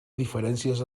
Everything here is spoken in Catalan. diferències